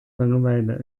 langeweile